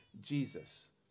Jesus